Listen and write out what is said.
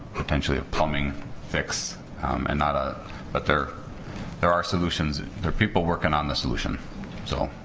potentially a plumbing fix um and not a but there there are solutions there people working on the solution so